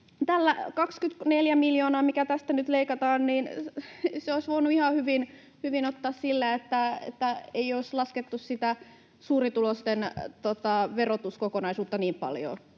tämän 24 miljoonaa, mikä tästä nyt leikataan, olisi voinut ihan hyvin ottaa sillä, että ei olisi laskettu sitä suurituloisten verotuskokonaisuutta niin paljon.